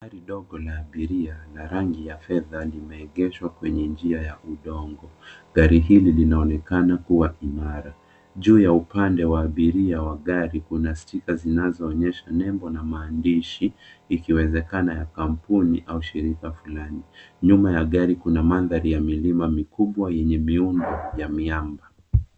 Gari dogo la abiria, na rangi ya fedha, limeegeshwa kwenye njia ya udongo. Gari hili linaonekana kuwa imara. Juu ya upande wa abiria wa gari, kuna stika zinazoonyesha nembo na maandishi, ikiwezekana ya kampuni au shirika fulani. Nyuma ya gari kuna mandhari ya milima mikubwa yenye miundo ya miamba.